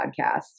podcast